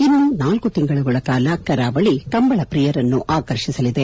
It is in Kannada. ಇನ್ನು ನಾಲ್ಕು ತಿಂಗಳುಗಳ ಕಾಲ ಕರಾವಳಿ ಕಂಬಳ ಪ್ರಿಯರನ್ನು ಆಕರ್ಷಿಸಲಿದೆ